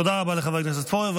תודה רבה לחבר הכנסת פורר.